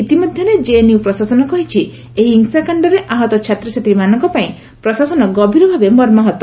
ଇତିମଧ୍ୟରେ ଜେଏନ୍ୟୁ ପ୍ରଶାସନ କହିଛି ଏହି ହିଂସାକାଣ୍ଡରେ ଆହତ ଛାତ୍ରଛାତ୍ରୀମାନଙ୍କ ପାଇଁ ପ୍ରଶାସନ ଗଭୀର ଭାବେ ମର୍ମାହତ